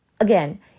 again